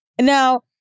Now